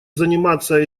заниматься